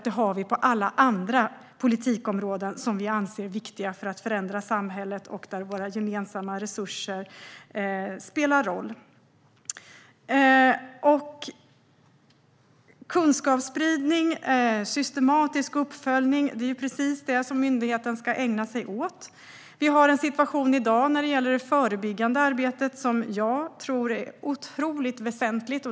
Det finns på alla andra politikområden som vi anser är viktiga för att förändra samhället och där våra gemensamma resurser spelar roll. Kunskapsspridning och systematisk uppföljning är precis det som myndigheten ska ägna sig åt. Det förebyggande arbetet är otroligt väsentligt.